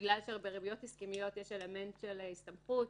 בגלל שבריביות הסכמיות יש אלמנט של הסתמכות,